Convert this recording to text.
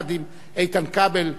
יחד עם איתן כבל,